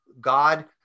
God